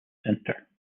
centre